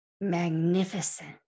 magnificent